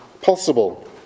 possible